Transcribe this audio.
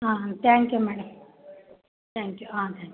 on thank you madam thank you ah